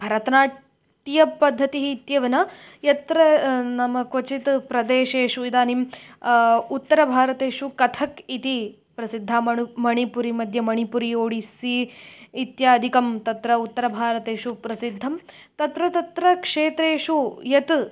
भरतनाट्यपद्धतिः इत्येव न यत्र नाम क्वचित् प्रदेशेषु इदानीम् उत्तरभारतेषु कथक् इति प्रसिद्धा मणु मणिपुरि मध्ये मणिपुरि ओडिस्सि इत्यादिकं तत्र उत्तरभारतेषु प्रसिद्धं तत्र तत्र क्षेत्रेषु यत्